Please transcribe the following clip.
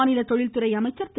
மாநில தொழில்துறை அமைச்சர் திரு